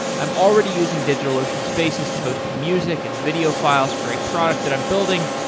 i'm already using digitalocean spaces to host music and video files for a product that i'm building,